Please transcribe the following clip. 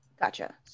Gotcha